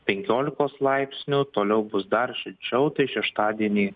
penkiolikos laipsnių toliau bus dar šilčiau tai šeštadienį